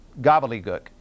gobbledygook